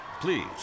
Please